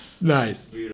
Nice